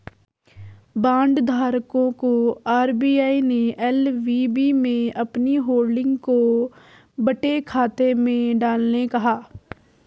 bond धारकों को RBI ने एल.वी.बी में अपनी होल्डिंग को बट्टे खाते में डालने कहा